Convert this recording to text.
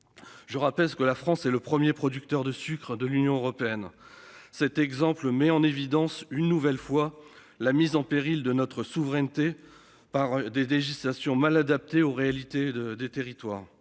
Je rappelle que la France est le premier producteur de sucre de l'Union européenne cet exemple met en évidence une nouvelle fois la mise en péril de notre souveraineté par des législations mal adapté aux réalités de des territoires.